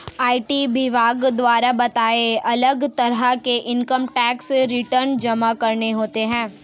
IT विभाग द्वारा बताए, अलग तरह के इन्कम टैक्स रिटर्न जमा करने होते है